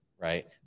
Right